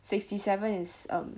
sixty seven is um